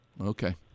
Okay